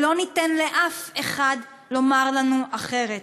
ולא ניתן לאף אחד לומר לנו אחרת.